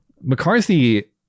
McCarthy